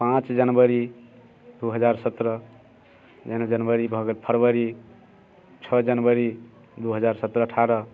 पाँच जनवरी दू हजार सत्रह जनवरी भऽ गेल फरवरी छओ जनवरी दू हजार सत्रह अठारह